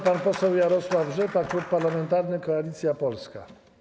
Pan poseł Jarosław Rzepa, Klub Parlamentarny Koalicja Polska.